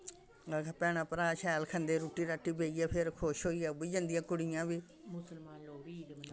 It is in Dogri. ते भैनां भ्राऽ शैल खंदे रुट्टी राटी बेहियै फिर खुश होइयै ओह् बी जन्दियां कुड़ियां बी